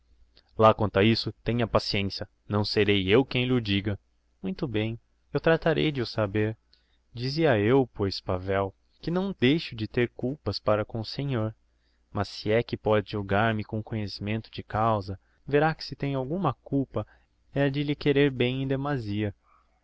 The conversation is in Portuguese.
lá quanto a isso tenha paciencia não serei eu quem lh'o diga muito bem eu tratarei de o saber dizia eu pois pavel que não deixo de ter culpas para com o senhor mas se é que póde julgar me com conhecimento de causa verá que se tenho alguma culpa é a de lhe querer bem em demasia